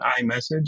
iMessage